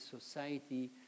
society